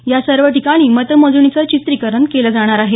या सर्व ठिकाणी मतमोजणीचं चित्रीकरण केलं जाणार आहे